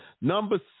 Number